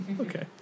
Okay